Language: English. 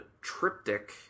Triptych